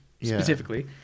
specifically